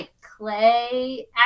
clay